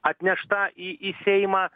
atnešta į į seimą